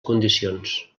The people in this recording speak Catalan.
condicions